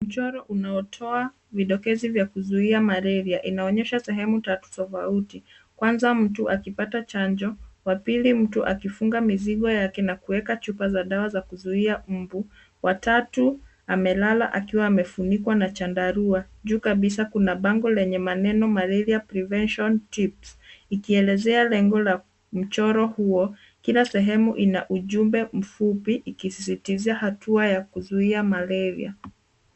Mchoro unaotoa vidokezi vya kuzuia malaria, inaonyesha sehemu tatu tofauti. Kwanza mtu akipata chanjo, wa pili mtu akifunga mizigo yake na kuweka chupa za dawa za kuzuia mbu, watatu amelala akiwa amefunikwa na chandarua. Juu kabisa kuna bango lenye maneno malaria prevention tips, ikielezea lengo la mchoro huo. Kila sehemu ina ujumbe mfupi, ikisisitizia hatua ya kuzuia malaria.